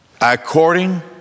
according